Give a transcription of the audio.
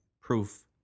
proof